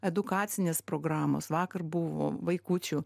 edukacinės programos vakar buvo vaikučių